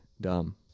dumb